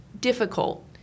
difficult